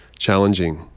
challenging